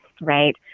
right